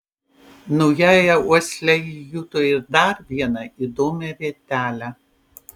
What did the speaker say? naująja uosle ji juto ir dar vieną įdomią vietelę